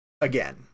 again